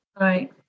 Right